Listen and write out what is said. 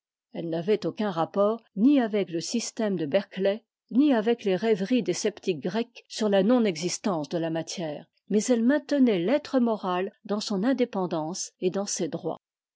elle n'avait aucun rapport ni avec le système de berliley ni avec les rêveries des sceptiques grecs sur la non existence de la matière mais elle maintenait l'être moral dans son indépendance et dans ses droits